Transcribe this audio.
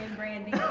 branding!